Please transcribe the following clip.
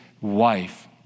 wife